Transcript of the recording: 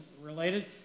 related